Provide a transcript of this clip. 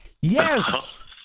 Yes